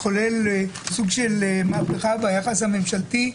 חולל סוג של מהפכה ביחס הממשלתי.